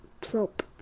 plop